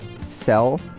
sell